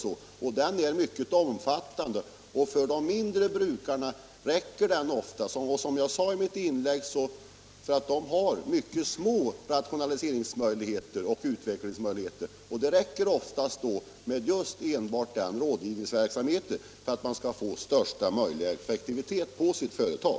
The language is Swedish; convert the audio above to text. Rådgivningen är dessutom mycket omfattande, och eftersom de mindre brukarna, som jag sade tidigare, har mycket små rationaliserings och utvecklingsmöjligheter räcker det oftast med enbart denna rådgivningsverksamhet för att de skall få största möjliga effektivitet på sitt företag.